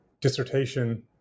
dissertation